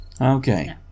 okay